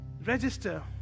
register